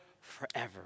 forever